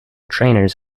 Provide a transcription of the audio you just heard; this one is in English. trainers